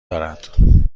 دارد